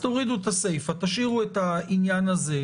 הראשון הרבה פעמים הוא לא מהותי,